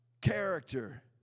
character